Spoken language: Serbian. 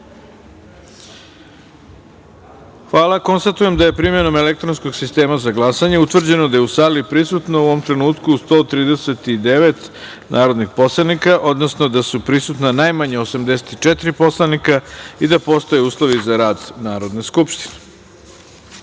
Hvala. Konstatujem da je primenom elektronskog sistema za glasanje utvrđeno da je u sali prisutno, u ovom trenutku, 139 narodnih poslanika, odnosno da su prisutna najmanje 84 narodna poslanika i da postoje uslovi za rad Narodne skupštine. Da